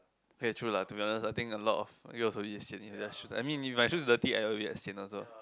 eh true lah to be honest I think a lot you also a bit sian either I mean if my shoes dirty I will get sian also